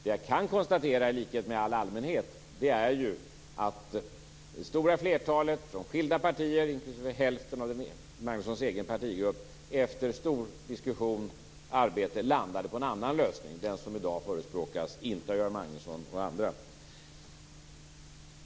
Det jag kan konstatera i likhet med all allmänhet är att det stora flertalet från skilda partier inklusive hälften av Göran Magnussons egen partigrupp efter en stor diskussion landade på en annan lösning, den som i dag inte förespråkas av Göran Magnusson.